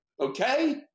Okay